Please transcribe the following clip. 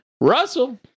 Russell